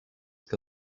que